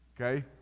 Okay